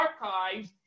archives